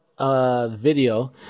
video